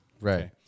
Right